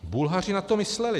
Bulhaři na to mysleli.